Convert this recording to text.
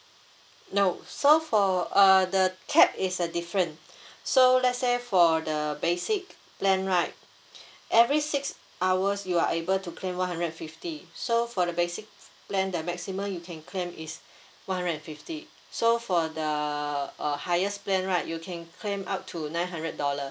no so for uh the cap is a difference so let's say for the basic plan right every six hours you are able to claim one hundred and fifty so for the basic plan the maximum you can claim is one hundred and fifty so for the uh highest plan right you can claim up to nine hundred dollar